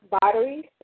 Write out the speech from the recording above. batteries